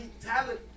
talent